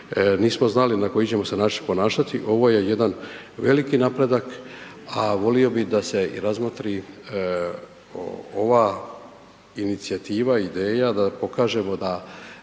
nismo znali na koji ćemo se način ponašati. Ovo je jedan veliki napredak a volio bih da se razmotri ova inicijativa, ideja da pokažemo da